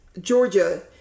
Georgia